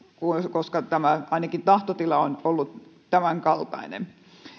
ainakin tahtotila on ollut tämänkaltainen